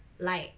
like